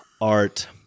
art